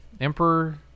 emperor